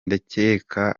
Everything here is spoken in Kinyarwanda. ndakeka